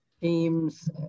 Teams